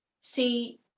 see